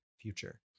future